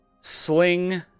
sling